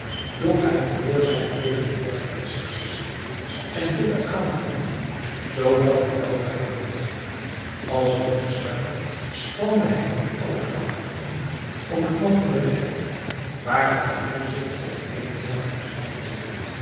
doch hij verloor zijne tegenwoordigheid van geest niet en hield den adem in zoodat hij weldra bovenkwam als een goed zwemmer spande hij nu alle krachten in om het land te bereiken waarvan hij zich op eene mijl